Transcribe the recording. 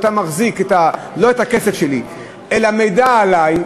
שאתה מחזיק לא את הכסף שלי אלא מידע עלי,